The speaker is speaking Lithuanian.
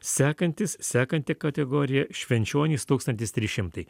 sekantis sekanti kategorija švenčionys tūkstantis trys šimtai